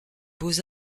beaux